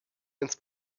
ins